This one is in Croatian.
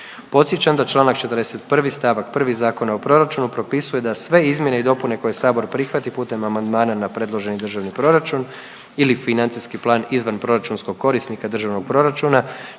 Podsjećam da Članak 41. stavak 1. Zakona o proračunu propisuje da sve izmjene i dopune koje sabor prihvati putem amandmana na predloženi Državni proračun ili financijski plan izvanproračunskog korisnika Državnog proračuna